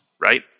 Right